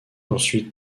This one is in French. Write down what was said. ensuite